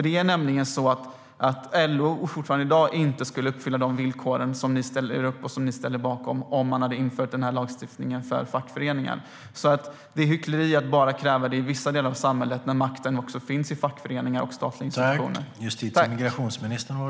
Det är nämligen så att LO ännu i dag inte skulle uppfylla de villkor som ni ställer er bakom om man skulle införa den här lagstiftningen för fackföreningar. Det är hyckleri att bara kräva detta i vissa delar av samhället när makten också finns i fackföreningar och statliga institutioner.